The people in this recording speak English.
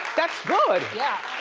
that's good. yeah,